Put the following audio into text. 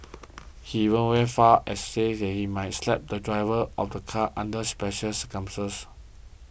he even went as far as to say he might slap the driver of a car under special circumstances